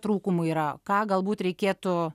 trūkumai yra ką galbūt reikėtų